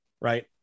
right